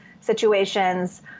situations